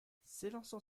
s’élançant